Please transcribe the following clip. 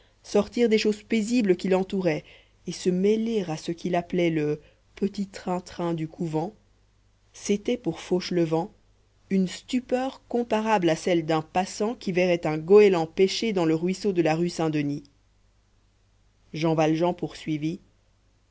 sortir des choses paisibles qui l'entouraient et se mêler à ce qu'il appelait le petit train-train du couvent c'était pour fauchelevent une stupeur comparable à celle d'un passant qui verrait un goéland pêcher dans le ruisseau de la rue saint-denis jean valjean poursuivit